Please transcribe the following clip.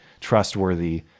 trustworthy